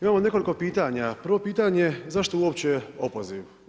Imam nekoliko pitanje, prvo pitanje, zašto uopće opoziv?